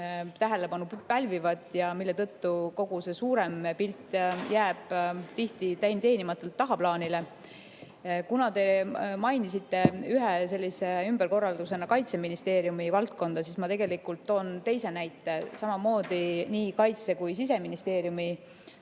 tähelepanu pälvivad ja mille tõttu kogu see suurem pilt jääb tihti teenimatult tagaplaanile. Kuna te mainisite ühe sellise ümberkorraldusena Kaitseministeeriumi valdkonda, siis ma toon teise näite, samamoodi nii Kaitseministeeriumi kui ka